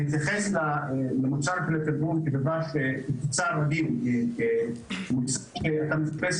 להתייחס למוצר התרגום כמוצר שאתה מחפש